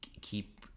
keep